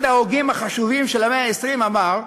אחד ההוגים החשובים של המאה ה-20 אמר: